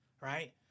right